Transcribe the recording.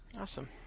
Awesome